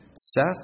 Seth